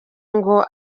ngo